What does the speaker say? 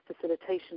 facilitation